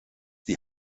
die